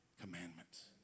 commandments